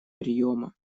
приема